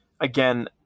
again